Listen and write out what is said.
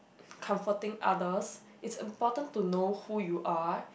comforting others is important to know who you are